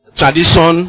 tradition